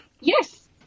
Yes